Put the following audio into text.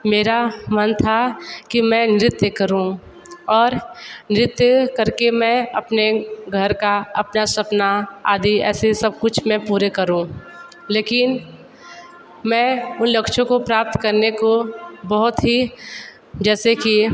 मेरा मन था कि मैं नृत्य करूँ और नृत्य करके मैं अपने घर का अपना सपना आदि ऐसे सब कुछ मैं पूरे करूँ लेकीन मैं उन लक्ष्यों को प्राप्त करने को बहुत ही जैसे कि